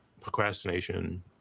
Procrastination